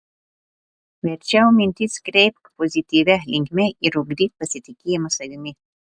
verčiau mintis kreipk pozityvia linkme ir ugdyk pasitikėjimą savimi